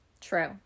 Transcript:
True